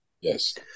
Yes